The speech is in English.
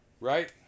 Right